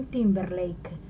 Timberlake